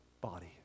body